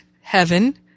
heaven